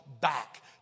back